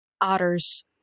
otters